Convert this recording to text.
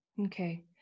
Okay